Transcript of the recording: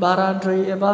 बाराद्राय एबा